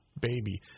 baby